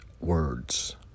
words